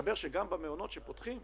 מסתבר שגם במעונות שפותחים,